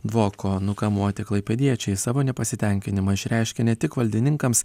dvoko nukamuoti klaipėdiečiai savo nepasitenkinimą išreiškė ne tik valdininkams